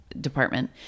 department